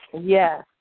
Yes